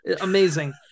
amazing